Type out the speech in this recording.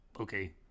Okay